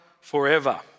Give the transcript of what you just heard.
forever